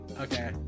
okay